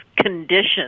conditions